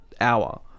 hour